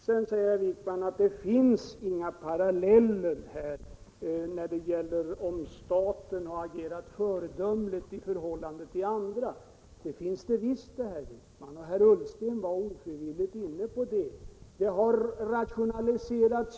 Herr Wijkman säger att det inte finns några paralleller när det gäller om staten har agerat föredömligt i förhållande till andra. Det finns det visst, herr Wijkman, och herr Ullsten kom — kanske ofrivilligt — in på det. Bl.